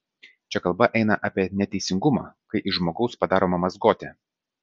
čia kalba eina apie neteisingumą kai iš žmogaus padaroma mazgotė